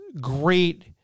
great